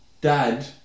Dad